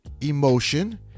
emotion